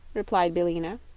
replied billina.